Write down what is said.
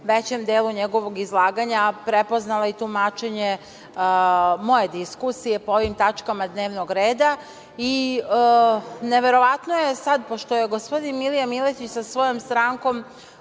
većem delu njegovog izlaganja prepoznala i tumačenje moje diskusije po ovim tačkama dnevnog reda. Neverovatno je sad, pošto je gospodin Milija Miletić sa svojom strankom